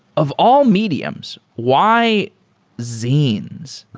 of all mediums, why zines?